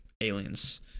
aliens